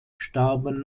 starben